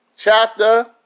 Chapter